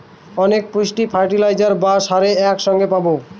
অনেক পুষ্টি ফার্টিলাইজার বা সারে এক সঙ্গে পাবো